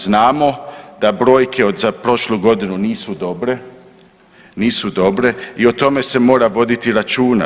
Znamo da brojke za prošlu godinu nisu dobre, nisu dobre i o tome se mora voditi računa.